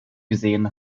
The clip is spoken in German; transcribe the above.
gesehen